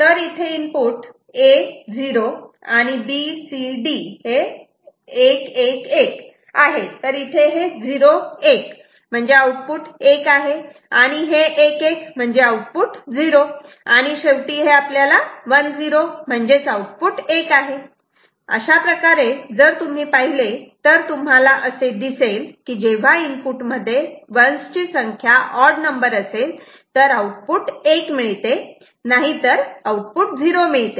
तर इथे input A 0 आणि B C D 1 1 1 आहे तर इथे हे 0 1 म्हणजे आउटपुट 1 आणि हे 1 1 म्हणजे आउटपुट 0 आणि शेवटी हे 1 0 म्हणजे आउटपुट 1 आहे अशाप्रकारे जर तुम्ही पाहिले तर तुम्हाला असे दिसेल की जेव्हा इनपुट मध्ये 1's ची संख्या ऑड नंबर असेल तर आउटपुट 1 मिळते नाहीतर आउटपुट 0 मिळते